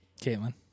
Caitlin